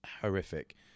horrific